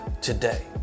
today